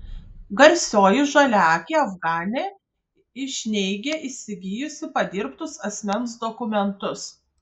garsioji žaliaakė afganė iš neigia įsigijusi padirbtus asmens dokumentus